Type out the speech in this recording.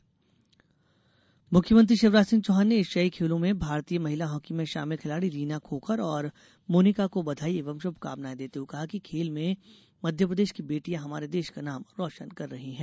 मुख्यमंत्री खेल मुख्यमंत्री शिवराज सिंह चौहान ने एशियाई खेल में भारतीय महिला हाकी में शामिल खिलाडी रीना खोखर और मोनिका को बधाई एवं शुभकामनाएं देते हुए कहा कि खेल में मध्य प्रदेश की बेटियां हमारे देश का नाम रोशन कर रही हैं